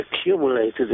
accumulated